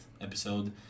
episode